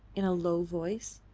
in a low voice.